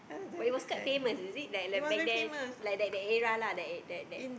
but it was quite famous is it like like back then like that that era lah that era that that